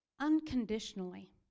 unconditionally